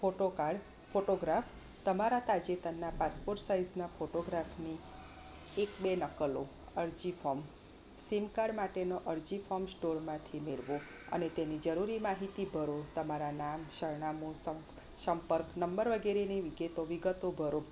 photo card photograph તમારા તાજેતરના passport સાઈઝના ફોટોગ્રાફની એક બે નકલો અરજી ફોમ સીમ કાડ માટેનો અરજી ફોમ સ્ટોરમાંથી મેળવો અને તેની જરૂરી માહિતી ભરો તમારા નામ સરનામું સંપર્ક નંબર વગેરેની વિગતો ભરો